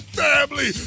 family